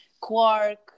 quark